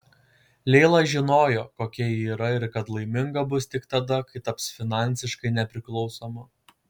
leila žinojo kokia ji yra ir kad laiminga bus tik tada kai taps finansiškai nepriklausoma